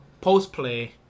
post-play